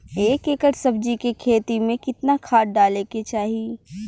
एक एकड़ सब्जी के खेती में कितना खाद डाले के चाही?